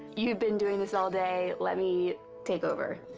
you've been doing this all day. let me take over.